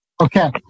Okay